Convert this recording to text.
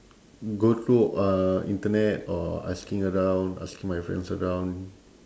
go through uh internet or asking around asking my friends around